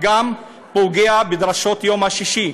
זה פוגע גם בדרשות יום השישי,